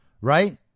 right